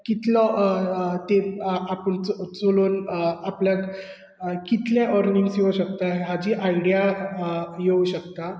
कितलो तेप आ आपूण चलोन आपल्याक कितलें अर्निंग्स येवूंक शकता हांची आयडीया येवं शकता